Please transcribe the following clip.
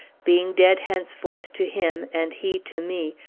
being dead henceforth to him, and he to me,